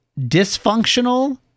dysfunctional